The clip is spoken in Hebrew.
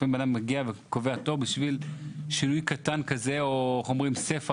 לפעמים אדם מגיע וקובע תור בשביל שינוי קטן או ספח.